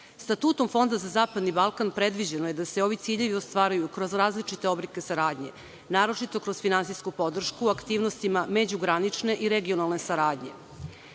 Statutom Fonda za zapadni Balkan predviđeno je da se ovi ciljevi ostvaruju kroz različite oblike saradnje, naročito kroz finansijsku podršku, aktivnostima međugranične i regionalne saradnje. Nama